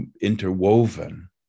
interwoven